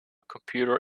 computer